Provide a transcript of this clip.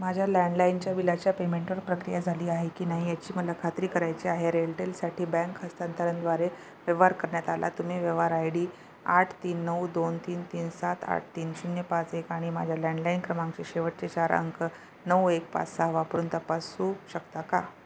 माझ्या लँडलाईनच्या बिलाच्या पेमेंटवर प्रक्रिया झाली आहे की नाही याची मला खात्री करायची आहे रेअलटेलसाठी बँक हस्तांतरणद्वारे व्यवहार करण्यात आला तुम्ही व्यवहार आय डी आठ तीन नऊ दोन तीन तीन सात आठ तीन शून्य पाच एक आणि माझ्या लँडलाईन क्रमांकचे शेवटचे चार अंक नऊ एक पाच सहा वापरून तपासू शकता का